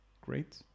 great